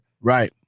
Right